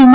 you